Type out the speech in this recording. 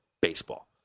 baseball